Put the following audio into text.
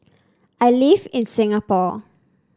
I live in Singapore